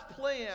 plan